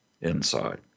inside